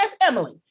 Emily